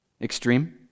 Extreme